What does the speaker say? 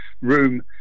room